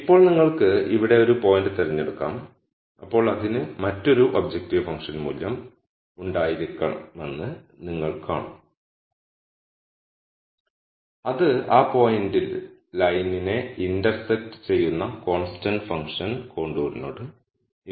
ഇപ്പോൾ നിങ്ങൾക്ക് ഇവിടെ ഒരു പോയിന്റ് തിരഞ്ഞെടുക്കാം അപ്പോൾ അതിന് മറ്റൊരു ഒബ്ജക്റ്റീവ് ഫംഗ്ഷൻ മൂല്യം ഉണ്ടായിരിക്കുമെന്ന് നിങ്ങൾ കാണും അത് ആ പോയിന്റിൽ ലൈനിനെ ഇന്റർസെക്റ്റ് ചെയ്യുന്ന കോൺസ്റ്റന്റ് ഫംഗ്ഷൻ കോണ്ടറിനോട് യോജിക്കും